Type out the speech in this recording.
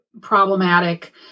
problematic